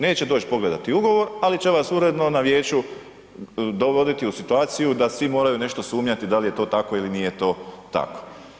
Neće doći pogledati ugovor, ali će vas uredno na vijeću dovoditi u situaciju da svi moraju nešto sumnjati da li je to tako ili nije to tako.